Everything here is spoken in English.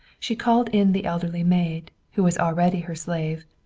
she called in the elderly maid, who was already her slave,